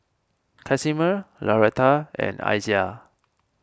Casimer Lauretta and Isiah